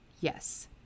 yes